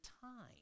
time